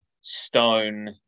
stone